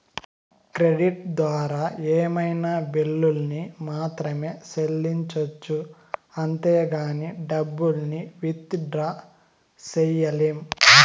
credit ద్వారా ఏమైనా బిల్లుల్ని మాత్రమే సెల్లించొచ్చు అంతేగానీ డబ్బుల్ని విత్ డ్రా సెయ్యలేం